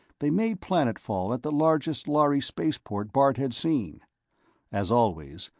they made planetfall at the largest lhari spaceport bart had seen as always,